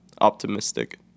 optimistic